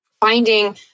finding